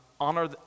honor